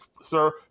sir